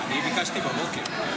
אני ביקשתי בבוקר.